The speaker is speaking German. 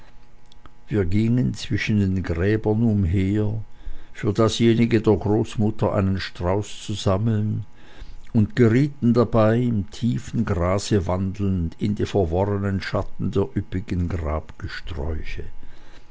wir gingen zwischen den gräbern umher für dasjenige der großmutter einen strauß zu sammeln und gerieten dabei im tiefen grase wandelnd in die verworrenen schatten der üppigen